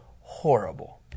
horrible